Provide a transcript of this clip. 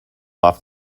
off